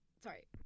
sorry